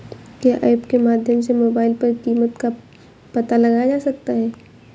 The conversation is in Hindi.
क्या ऐप के माध्यम से मोबाइल पर कीमत का पता लगाया जा सकता है?